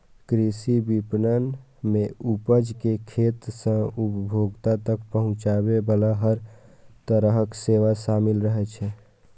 कृषि विपणन मे उपज कें खेत सं उपभोक्ता तक पहुंचाबे बला हर तरहक सेवा शामिल रहै छै